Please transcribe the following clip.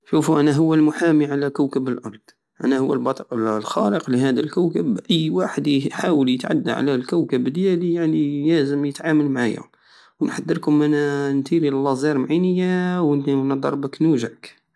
شوفو انا هو المحامي على كوكب الارض انا هو البطل الخارق هلى هدا الكوكب اي واحد يحاول يتعدى على الكوكب اديالي لازم يتعامل معايا نحدركم انا نتيري لازار من عينيا وندربك نوجعك